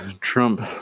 Trump